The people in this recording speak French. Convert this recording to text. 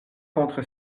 contre